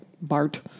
Bart